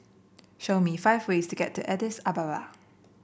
show me five ways to get to Addis Ababa